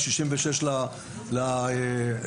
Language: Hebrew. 166 על ה-200,